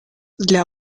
для